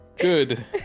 Good